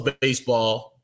baseball